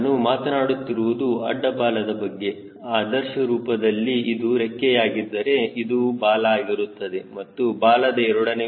ನಾನು ಮಾತನಾಡುತ್ತಿರುವುದು ಅಡ್ಡ ಬಾಲ್ಯದ ಬಗ್ಗೆ ಆದರ್ಶ ರೂಪದಲ್ಲಿ ಇದು ರೆಕ್ಕೆಯಾಗಿದ್ದರೆ ಇದು ಬಾಲ ಆಗಿರುತ್ತದೆ ಇದು ಬಾಲದ a